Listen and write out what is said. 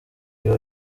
biba